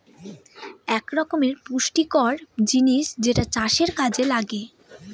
এক রকমের পুষ্টিকর জিনিস যেটা চাষের কাযে লাগে